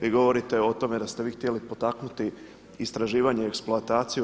Vi govorite o tome da ste vi htjeli potaknuti istraživanje i eksploataciju.